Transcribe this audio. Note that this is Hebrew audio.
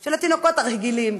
של התינוקות הרגילים,